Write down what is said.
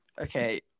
Okay